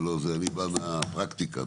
אני בא מהפרקטיקה,